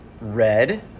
Red